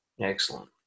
Excellent